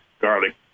garlic